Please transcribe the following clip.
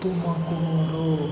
Tumakuru